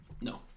No